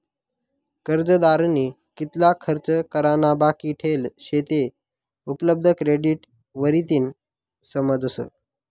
कर्जदारनी कितला खर्च करा ना बाकी ठेल शे ते उपलब्ध क्रेडिट वरतीन समजस